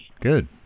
Good